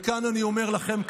וכאן אני אומר לכם,